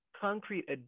concrete